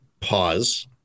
Pause